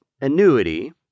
annuity